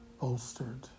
bolstered